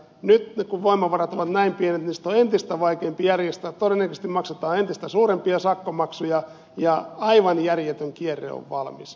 nyt kun voimavarat ovat näin pienet sitä on entistä vaikeampi järjestää todennäköisesti maksetaan entistä suurempia sakkomaksuja ja aivan järjetön kierre on valmis